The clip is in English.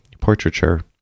portraiture